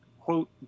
quote